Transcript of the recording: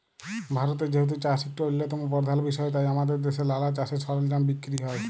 ভারতে যেহেতু চাষ ইকট অল্যতম পরধাল বিষয় তাই আমাদের দ্যাশে লালা চাষের সরলজাম বিক্কিরি হ্যয়